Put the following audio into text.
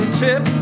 tip